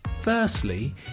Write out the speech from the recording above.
Firstly